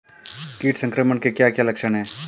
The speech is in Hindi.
कीट संक्रमण के क्या क्या लक्षण हैं?